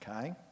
Okay